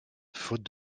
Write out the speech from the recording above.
faute